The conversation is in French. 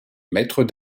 mètres